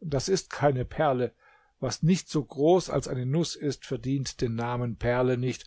das ist keine perle was nicht so groß als eine nuß ist verdient den namen perle nicht